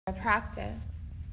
practice